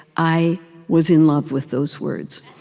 i was in love with those words.